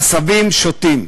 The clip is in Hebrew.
עשבים שוטים.